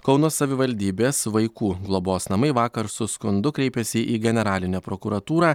kauno savivaldybės vaikų globos namai vakar su skundu kreipėsi į generalinę prokuratūrą